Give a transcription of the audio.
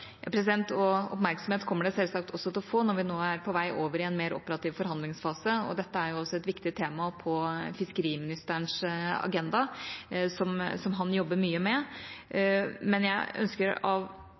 Og oppmerksomhet kommer det selvsagt også til å få når vi nå er på vei over i en mer operativ forhandlingsfase. Dette er også et viktig tema på fiskeriministerens agenda, som han jobber mye med.